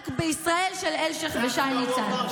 רק בישראל של אלשיך ושי ניצן.